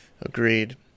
Agreed